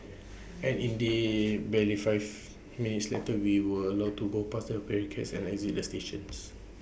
and indeed barely five minutes later we were allowed to go past the barricades and exit the stations